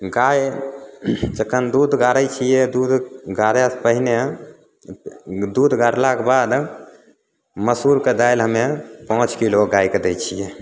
गाय जखनि दूध गारैत छियै दूध गारै से पहिने दूध गारलाके बाद मसूरके दालि हमे पाँच किलो गायके दै छियै